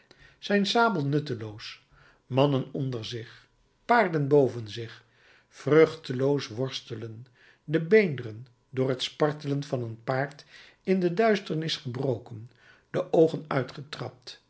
zijn sabel nutteloos mannen onder zich paarden boven zich vruchteloos worstelen de beenderen door t spartelen van een paard in de duisternis gebroken de oogen